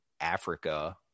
Africa